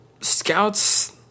scouts